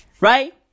Right